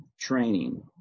training